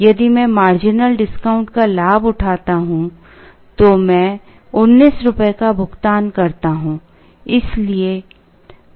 यदि मैं marginal discount का लाभ उठाता हूं तो मैं 19 रुपये का भुगतान करता हूं